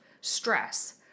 stress